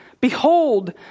Behold